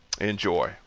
Enjoy